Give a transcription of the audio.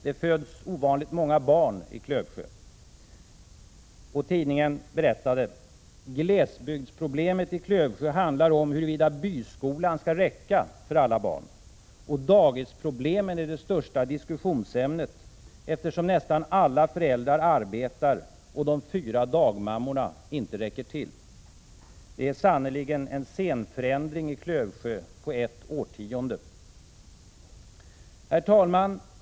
Det föds ovanligt många barn i Klövsjö, och tidningen berättade: ” ”Glesbygdsproblemet" i Klövsjö handlar om huruvida byskolan skall räcka till för alla barn. Och dagisproblemen är största diskussionsämnet, eftersom nästan alla föräldrar arbetar och de fyra dagmammorna inte räcker till.” Det har sannerligen skett en scenförändring i Klövsjö på ett årtionde! Herr talman!